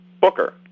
Booker